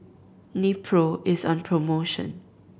Nepro is on promotion